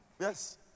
Yes